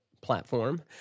platform